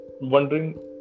wondering